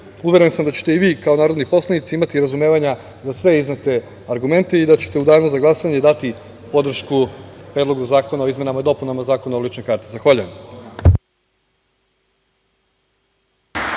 uveren sam da ćete i vi kao narodni poslanici imati razumevanja za sve iznete argumente i da ćete u danu za glasanje dati podršku Predlogu zakona o izmenama i dopunama Zakona o ličnoj karti. Zahvaljujem.